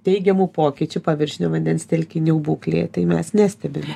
teigiamų pokyčių paviršinių vandens telkinių būklėje tai mes nestebime